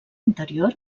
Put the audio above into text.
interior